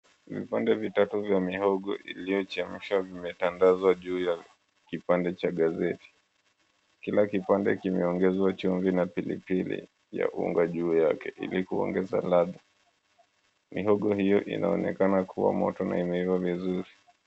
Vipande vitatu vya mihogo iliyochemshwa imetandazwa juu ya kipande cha gazeti. Kila kipande kimeongezewa chumvi na pilipili ya unga juu yake ili kuongeza ladha. Mihogo hiyo inaonekana kuwa moto na imeiva vizuri.